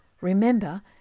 Remember